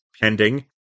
pending